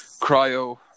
cryo